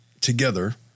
together